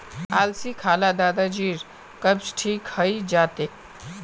अलसी खा ल दादाजीर कब्ज ठीक हइ जा तेक